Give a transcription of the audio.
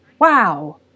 wow